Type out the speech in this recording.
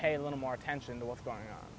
pay a little more attention to what's going on